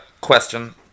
question